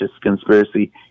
conspiracy